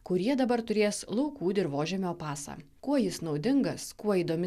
kurie dabar turės laukų dirvožemio pasą kuo jis naudingas kuo įdomi